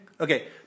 okay